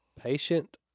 patient